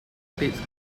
states